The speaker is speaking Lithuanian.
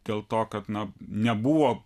dėl to kad na nebuvo